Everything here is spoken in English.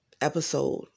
episode